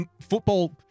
football